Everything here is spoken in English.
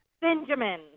Benjamin